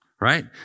right